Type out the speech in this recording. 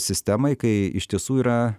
sistemai kai iš tiesų yra